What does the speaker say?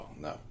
no